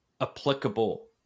applicable